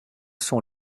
sont